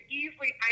easily